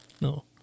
No